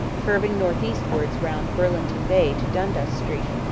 curving north-eastwards round burlington bay to dundas street,